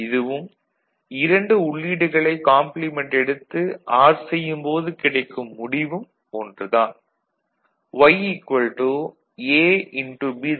இதுவும் இரண்டு உள்ளீடுகளைக் காம்ப்ளிமெண்ட் எடுத்து ஆர் செய்யும் போது கிடைக்கும் முடிவும் ஒன்று தான்